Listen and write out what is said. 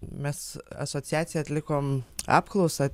mes asociacija atlikom apklausą